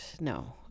No